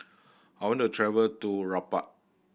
I want to travel to Rabat